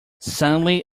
suddenly